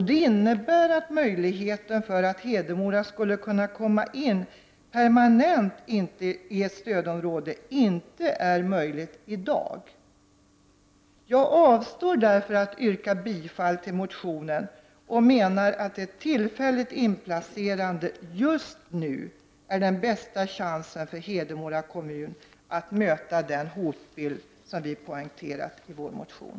Det innebär att möjligheten att Hedemora permanent skall kunna komma in i ett stödområde inte finns i dag. Jag avstår därför från att yrka bifall till motionen. Jag menar att en tillfällig inplacering just nu är den bästa chansen för Hedemora kommun att kunna möta den hotbild som vi poängterar i vår motion.